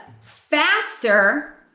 faster